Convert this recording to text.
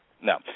No